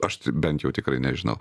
aš tai bent jau tikrai nežinau